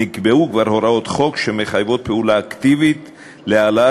נקבעו כבר הוראות חוק שמחייבות פעולה אקטיבית להעלאת